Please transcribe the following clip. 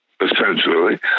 essentially